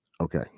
Okay